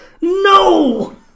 No